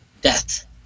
Death